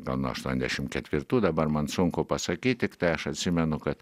gal nuo aštuoniasdešim ketvirtų dabar man sunku pasakyt tiktai aš atsimenu kad